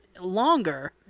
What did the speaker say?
longer